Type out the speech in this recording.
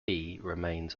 remains